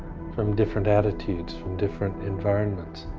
from different attitudes, from different environments.